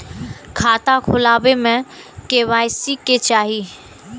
खाता खोला बे में के.वाई.सी के चाहि?